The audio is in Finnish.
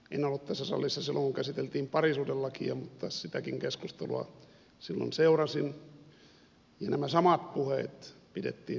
en ollut tässä salissa silloin kun käsiteltiin parisuhdelakia mutta sitäkin keskustelua silloin seurasin ja nämä samat puheet pidettiin silloinkin